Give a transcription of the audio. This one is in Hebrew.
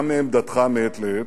גם מעמדתך מעת לעת,